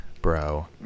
bro